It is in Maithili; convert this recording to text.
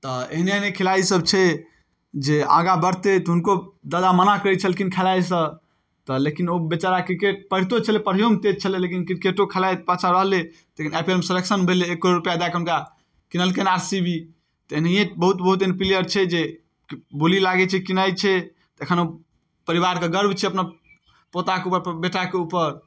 तऽ एहने एहने खेलाड़ी सब छै जे आगाँ बढ़तै तऽ हुनको दादा मना करै छलखिन खेलाइसँ तऽ लेकिन ओ बेचारा क्रिकेट पैढ़ितो छलै पढ़ैयोमे तेज छलै लेकिन क्रिकेटो खेलाइत पाछाँ रहलै तऽ लेकिन आई पी एल मे सिलेक्शन भेलै एक करोड़ रुपैआ दए कऽ हुनका कीनलकनि आर सी बी तऽ एनाहिये बहुत बहुत एहन प्लेयर छै जे बोली लागै छै कीनाइ छै तऽ एखन परिवारके गर्व छै अपना पोताके उपर बेटाके ऊपर